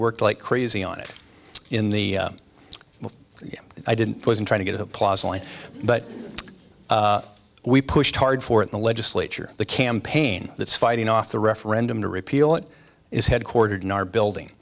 worked like crazy on it in the i didn't wasn't trying to get applause line but we pushed hard for it the legislature the campaign that's fighting off the referendum to repeal it is headquartered in our building